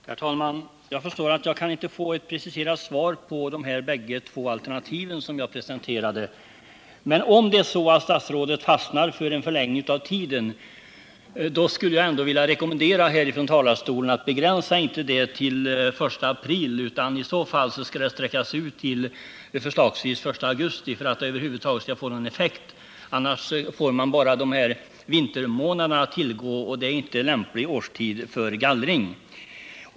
Herr talman! Jag förstår att jag inte kan få ett preciserat svar på de båda alternativ jag presenterade. Om statsrådet skulle fastna för en förlängning av tiden, skulle jag från talarstolen ändå vilja rekommendera honom att inte begränsa tiden till den 1 april utan att sträcka ut den till förslagsvis den 1 augusti för att den över huvud taget skall få någon effekt. Annars får vi bara vintermånaderna att tillgå, vilket inte är en lämplig årstid för gallring.